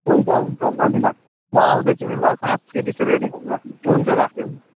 हुन्छ हुन्छ धन्यवाद म आउँदैछु नि ल पाँच केजी चाहिँ रेडी गरिराख्नुहोस् हुन्छ राखेँ